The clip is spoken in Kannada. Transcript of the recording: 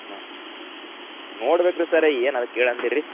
ಹಾಂ ನೋಡ್ಬೇಕು ರೀ ಸರ್ ಏನು ಅದು ಕೇಳು ಅಂದಿರಿ ರೀ